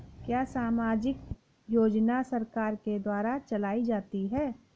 क्या सामाजिक योजना सरकार के द्वारा चलाई जाती है?